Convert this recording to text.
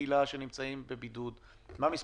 כשאתה רוצה לוחמים --- לגבי בתי החולים,